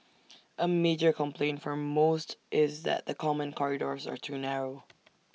A major complaint for most is that the common corridors are too narrow